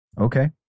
Okay